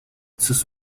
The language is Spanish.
sus